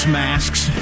masks